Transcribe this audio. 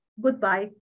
Goodbye